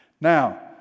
Now